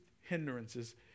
hindrances